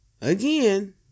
again